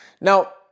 Now